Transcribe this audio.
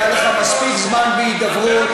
היה לך מספיק זמן להידברות.